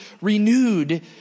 renewed